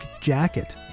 Jacket